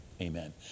amen